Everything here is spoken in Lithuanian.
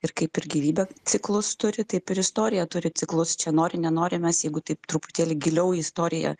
ir kaip ir gyvybė ciklus turi taip ir istorija turi ciklus čia nori nenori mes jeigu taip truputėlį giliau į istoriją